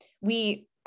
We-